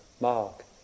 mark